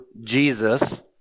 Jesus